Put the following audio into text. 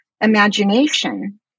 imagination